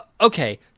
okay